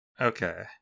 Okay